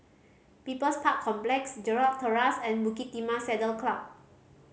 People's Park Complex Gerald Terrace and Bukit Timah Saddle Club